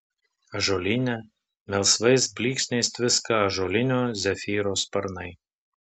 ąžuolyne melsvais blyksniais tviska ąžuolinio zefyro sparnai